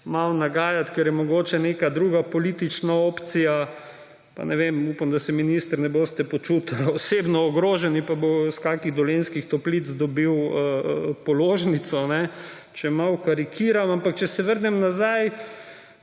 malo nagajati, ker je mogoče neka druga politična opcija – pa ne vem, upam, da se, minister, ne boste počutili osebno ogroženi – pa bo iz kakih Dolenjskih Toplic dobil položnico, če malo karikiram. Ampak če se vrnem,